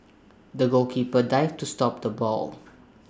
the goalkeeper dived to stop the ball